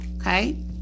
Okay